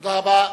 תודה רבה.